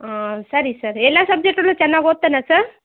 ಸರಿ ಸರ್ ಎಲ್ಲಾ ಸಬ್ಜೆಕ್ಟಲ್ಲು ಚೆನ್ನಾಗಿ ಓದ್ತಾನ ಸರ್